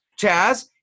Chaz